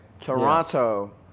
Toronto